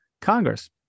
Congress